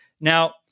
Now